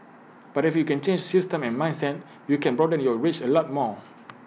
but if you can change systems and mindsets you can broaden your reach A lot more